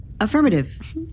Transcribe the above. Affirmative